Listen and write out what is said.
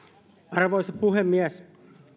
arvoisa puhemies